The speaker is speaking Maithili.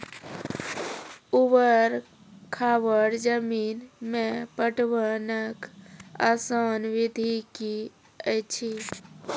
ऊवर खाबड़ जमीन मे पटवनक आसान विधि की ऐछि?